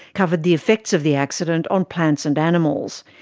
covered the effects of the accident on plants and animals.